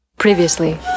previously